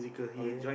okay